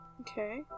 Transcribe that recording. Okay